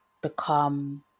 become